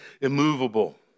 immovable